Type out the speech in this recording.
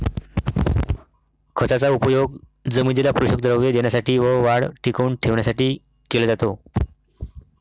खताचा उपयोग जमिनीला पोषक द्रव्ये देण्यासाठी व वाढ टिकवून ठेवण्यासाठी केला जातो